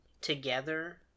together